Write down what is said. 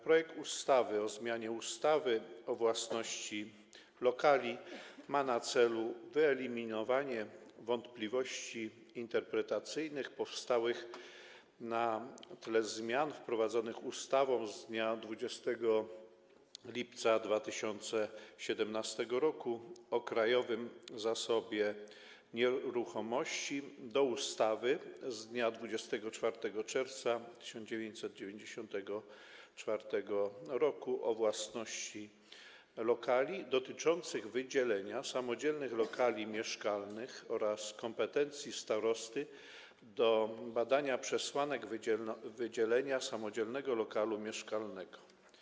Projekt ustawy o zmianie ustawy o własności lokali ma na celu wyeliminowanie wątpliwości interpretacyjnych powstałych na tle zmian wprowadzonych ustawą z dnia 20 lipca 2017 r. o Krajowym Zasobie Nieruchomości do ustawy z dnia 24 czerwca 1994 r. o własności lokali dotyczących wydzielenia samodzielnych lokali mieszkalnych oraz kompetencji starosty do badania przesłanek wydzielenia samodzielnego lokalu mieszkalnego.